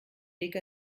weg